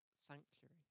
sanctuary